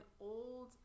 old